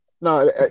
No